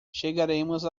chegaremos